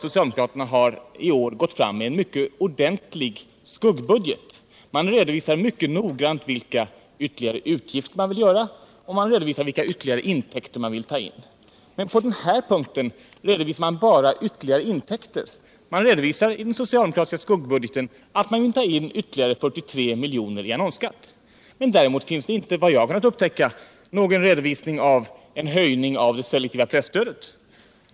Socialdemokraterna har ju i år gått fram med en mycket ordentlig skugg budget. Man redovisar mycket noggrant vilka ytterligare utgifter man vill göra, och man redovisar vilka ytterligare intäkter man vill ta in. Men på den här punkten redovisar man bara ytterligare intäkter. Man redovisar i den socialdemokratiska skuggbudgeten att man vill ta in ytterligare 43 miljoner i annonsskatt. Däremot finns det inte, vad jag kunnat upptäcka, någon redovisning av en höjning av det selektiva presstödet.